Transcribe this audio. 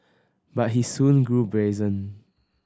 but he soon grew brazen